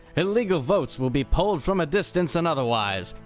illegal votes will be polled from a distance and otherwise,